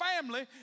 family